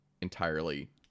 entirely